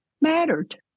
mattered